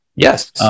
yes